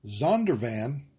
Zondervan